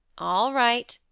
all right,